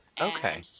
Okay